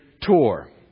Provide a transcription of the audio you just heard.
tour